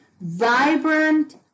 vibrant